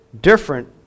different